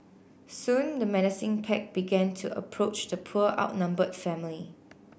soon the menacing pack began to approach the poor outnumbered family